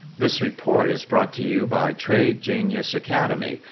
this report is brought to you by trade genius academy.